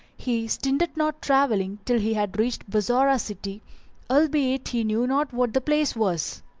he stinted not travelling till he had reached bassorah city albeit he knew not what the place was.